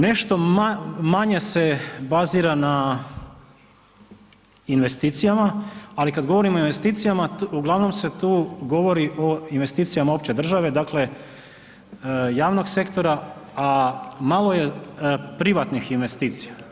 Nešto manje se bazira na investicijama, ali kad govorimo o investicijama uglavnom se tu govori o investicijama opće države, dakle javnog sektora, a malo je privatnih investicija.